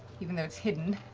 even though it's hidden.